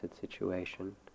situation